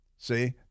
See